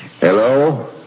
Hello